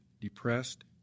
depressed